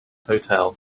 hotel